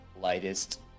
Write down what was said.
lightest